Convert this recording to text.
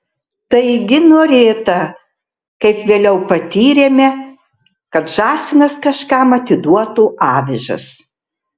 taigi norėta kaip vėliau patyrėme kad žąsinas kažkam atiduotų avižas